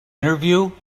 interview